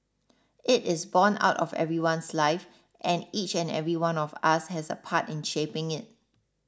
it is borne out of everyone's life and each and every one of us has a part in shaping it